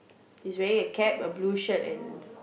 he's wearing a cap a blue shirt and